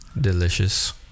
Delicious